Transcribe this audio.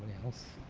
else.